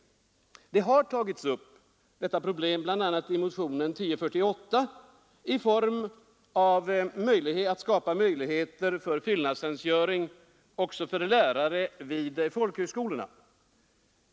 Detta problem har tagits upp i bl.a. motionen 1048, där det föreslås att det skall skapas möjligheter till fyllnadstjänstgöring även för lärare vid folkhögskolorna.